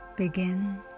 Begin